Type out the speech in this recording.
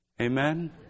Amen